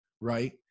right